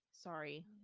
sorry